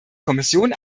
kommission